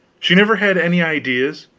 she never had any ideas,